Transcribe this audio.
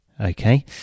okay